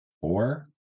four